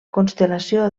constel·lació